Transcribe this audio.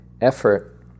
effort